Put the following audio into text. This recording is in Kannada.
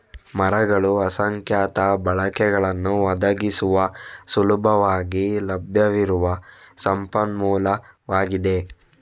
ಮರಗಳು ಅಸಂಖ್ಯಾತ ಬಳಕೆಗಳನ್ನು ಒದಗಿಸುವ ಸುಲಭವಾಗಿ ಲಭ್ಯವಿರುವ ಸಂಪನ್ಮೂಲವಾಗಿದೆ